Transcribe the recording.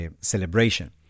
celebration